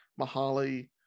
Mahali